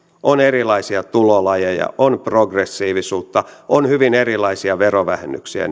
on erilaisia tulolajeja on progressiivisuutta on hyvin erilaisia verovähennyksiä